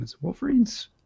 Wolverine's